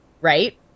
Right